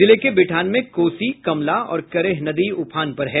जिले के बिठान में कोसी कमला और करेह नदी उफान पर है